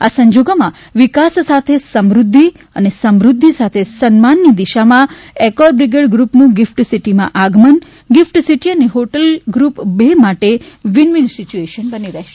આ સંજોગોમાં વિકાસ સાથે સમૃદ્ધિ અને સમૃદ્ધિ સાથે સન્માનની દિશામાં એકોર બ્રિગેડ ગૃપનું ગિફટ સિટીમાં આગમન ગિફટ સિટી અને હોટલ ગૃપ બેય માટે વિન વિન સિચ્યુએશન બની રહેશે